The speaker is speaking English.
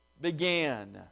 began